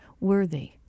worthy